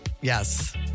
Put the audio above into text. Yes